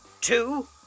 two